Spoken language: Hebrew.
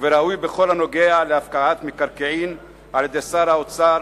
וראוי בכל הקשור להפקעת מקרקעין על-ידי שר האוצר